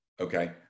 Okay